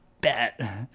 bet